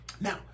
Now